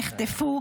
תאומים שנחטפו,